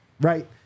right